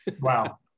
Wow